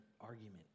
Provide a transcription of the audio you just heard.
argument